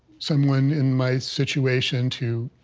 someone in my situation to,